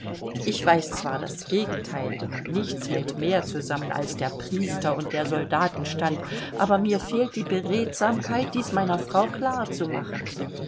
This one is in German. ich weiß zwar das gegenteil denn nichts hält mehr zusammen als der priester und der soldatenstand aber mir fehlt die beredsamkeit dies meiner frau klar zu machen